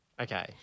Okay